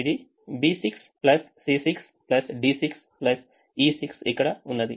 ఇది B6 C6 D6 E6 ఇక్కడ ఉన్నది